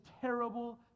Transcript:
terrible